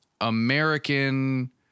American